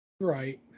Right